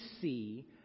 see